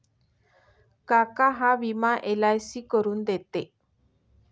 काका हा विमा एल.आय.सी करून देते